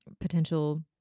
potential